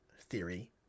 theory